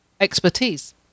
expertise